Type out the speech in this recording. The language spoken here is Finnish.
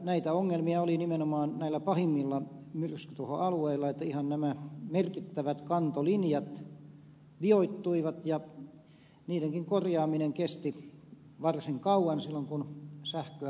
näitä ongelmia oli nimenomaan näillä pahimmilla myrskytuhoalueilla että ihan nämä merkittävät kantolinjat vioittuivat ja niidenkin korjaaminen kesti varsin kauan silloin kun sähköä odotettiin paikalle